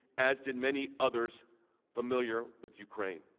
as did many others familiar with ukraine.